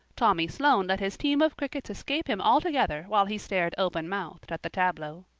tommy sloane let his team of crickets escape him altogether while he stared open-mouthed at the tableau.